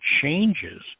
changes